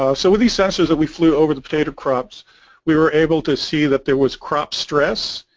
ah so with these sensors that we flew over the potato crops we were able to see that there was crop stress.